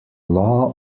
law